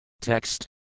Text